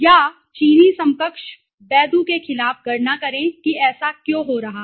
या चीनी समकक्ष बैदू के खिलाफ गणना करें कि ऐसा क्यों हो रहा है